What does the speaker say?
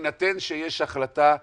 בהינתן שיש החלטה של